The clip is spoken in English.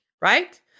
right